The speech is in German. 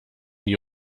die